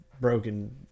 broken